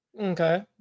Okay